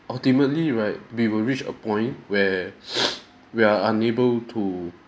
ultimately right we will reach a point where we are unable to